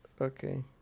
okay